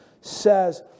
says